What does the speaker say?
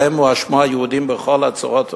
שבהן הואשמו היהודים בכל הצרות החולות.